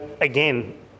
again